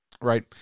right